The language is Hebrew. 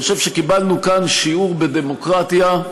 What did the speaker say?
אני חושב שקיבלנו כאן שיעור בדמוקרטיה,